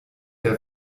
der